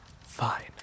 Fine